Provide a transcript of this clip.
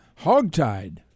hogtied